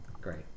great